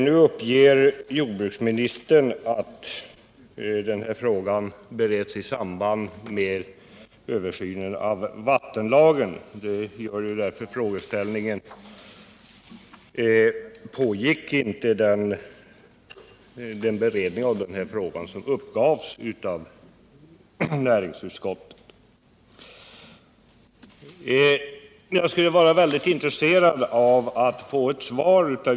Nu uppger jordbruksministern att frågan bereds i samband med översynen av vattenlagen. Det leder till frågeställningen: Pågick inte den beredning av den här frågan som uppgavs av näringsutskottet?